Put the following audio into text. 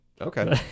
Okay